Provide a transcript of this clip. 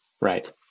right